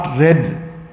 red